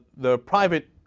the private